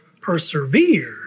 persevere